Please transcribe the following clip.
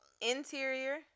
Interior